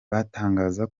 batangaza